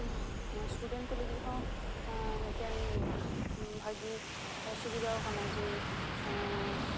student ᱠᱚ ᱞᱟᱹᱜᱤᱫ ᱦᱚᱸ ᱢᱤᱫᱴᱮᱱ ᱵᱷᱟᱹᱜᱤ ᱥᱩᱵᱤᱫᱟ ᱟᱠᱟᱱᱟ ᱡᱮ